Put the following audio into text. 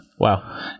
Wow